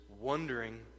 wondering